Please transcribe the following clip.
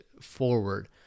forward